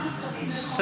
בחוק-יסוד: ימי חופש.